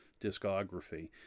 discography